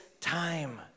time